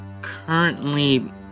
currently